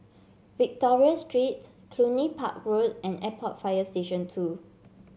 Victoria Street Cluny Park Road and Airport Fire Station Two